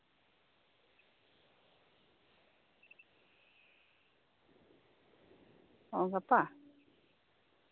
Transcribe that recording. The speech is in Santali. ᱚ ᱜᱟᱯᱟ